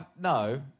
no